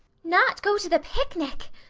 not go to the picnic!